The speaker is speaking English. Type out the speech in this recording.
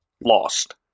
lost